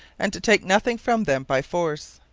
and to take nothing from them by force.